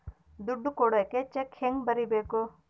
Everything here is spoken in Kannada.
ದುಡ್ಡು ಕೊಡಾಕ ಚೆಕ್ ಹೆಂಗ ಬರೇಬೇಕು?